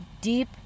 deep